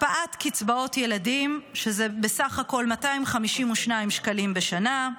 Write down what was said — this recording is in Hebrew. הקפאת קצבאות ילדים, שזה בסה"כ 252 שקלים בשנה,